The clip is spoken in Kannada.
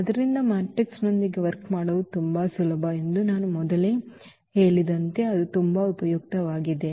ಆದ್ದರಿಂದ ಮೆಟ್ರಿಕ್ಸ್ನೊಂದಿಗೆ ವರ್ಕ್ ಮಾಡುವುದು ತುಂಬಾ ಸುಲಭ ಎಂದು ನಾನು ಮೊದಲೇ ಹೇಳಿದಂತೆ ಅದು ತುಂಬಾ ಉಪಯುಕ್ತವಾಗಿದೆ